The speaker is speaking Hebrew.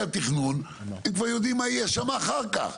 התכנון הם כבר יודעים מה יהיה שם אחר כך,